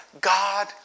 God